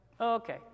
okay